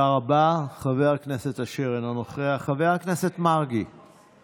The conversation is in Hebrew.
ההצעה שמוצעת כרגע על ידי מתן